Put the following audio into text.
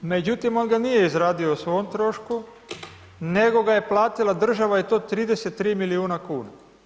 Međutim, on ga nije izradio o svom trošku nego ga je platila država i to 33 milijuna kuna.